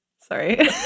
Sorry